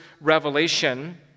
revelation